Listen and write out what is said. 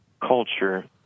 culture